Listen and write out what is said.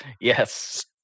Yes